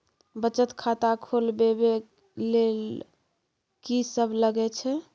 बचत खाता खोलवैबे ले ल की सब लगे छै?